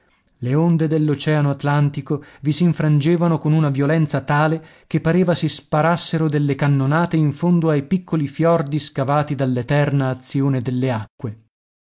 le onde dell'oceano atlantico vi s'infrangevano con una violenza tale che pareva si sparassero delle cannonate in fondo ai piccoli fiordi scavati dall'eterna azione delle acque